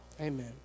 Amen